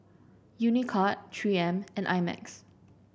Unicurd Three M and I Max